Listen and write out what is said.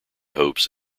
hopes